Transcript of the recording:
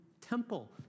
temple